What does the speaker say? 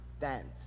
dance